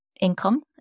income